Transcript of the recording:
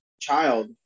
child